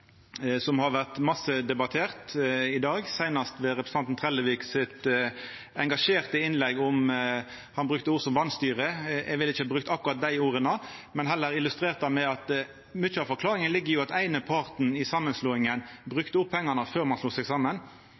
som har vore masse debattert i dag, seinast ved representanten Trelleviks engasjerte innlegg. Han brukte ord som «vanstyre». Eg ville ikkje brukt akkurat det ordet, men heller illustrert det med at mykje av forklaringa jo ligg i at den eine parten i samanslåinga brukte opp pengane før ein slo seg saman.